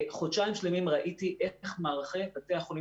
חודשיים שלמים ראיתי איך בבתי חולים,